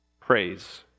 praise